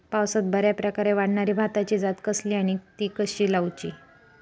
पावसात बऱ्याप्रकारे वाढणारी भाताची जात कसली आणि ती कशी लाऊची?